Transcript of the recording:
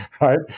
right